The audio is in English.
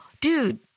dude